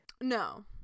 No